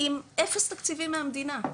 עם אפס תקציבים מהמדינה,